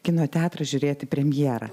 kino teatrą žiūrėti premjerą